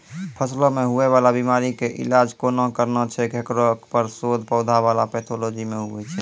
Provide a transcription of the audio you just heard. फसलो मे हुवै वाला बीमारी के इलाज कोना करना छै हेकरो पर शोध पौधा बला पैथोलॉजी मे हुवे छै